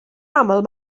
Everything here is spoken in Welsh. aml